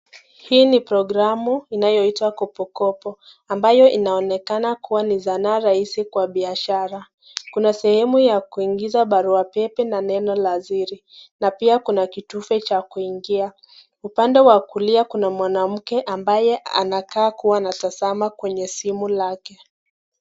Hii ni programu inayoitwa kopokopo ambayo inaonekana kuwa ni zanaa rahisi kwa biashara kuna sehemu ya kuingiza baruapepe na neno la siri, na pia kuna kitufe cha kuingia, upande wa kulia kuna mwanamke ambaye anakaa kuwa natazama kwenye simu lake.